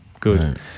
Good